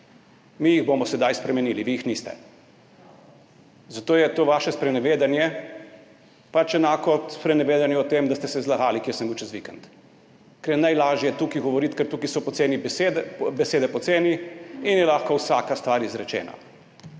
Mi jih bomo sedaj spremenili. Vi jih niste. Zato je to vaše sprenevedanje pač enako, kot sprenevedanje o tem, da ste se zlagali, kjer sem bil čez vikend. Ker je najlažje tukaj govoriti, ker tukaj so besede poceni in je lahko vsaka stvar izrečena.